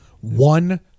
one